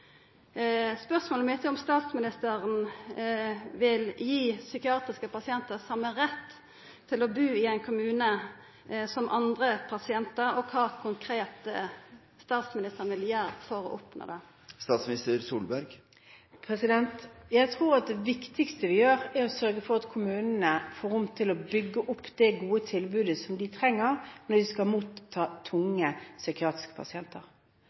Spørsmålet mitt er om statsministeren vil gi psykiatriske pasientar same rett til å bu i ein kommune som andre pasientar, og kva statsministeren konkret vil gjera for å oppnå det? Jeg tror det viktigste vi gjør, er å sørge for at kommunene får rom til å bygge opp det gode tilbudet de trenger når de skal motta tunge psykiatriske pasienter.